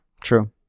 True